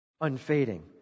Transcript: Unfading